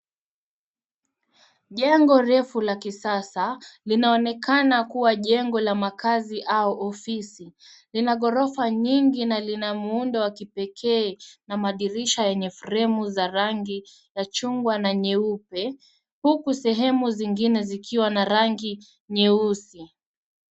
Jengo refu la kisasa, linaonekana kua jengo la makazi au ofisi. Lina ghorofa nyingi na lina muundo wa kipekee, na madirisha yenye fremu za rangi ya chungwa , na nyeupe, huku sehemu zingine zikiwa na rangi nyeusi.